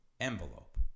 envelope